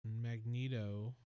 Magneto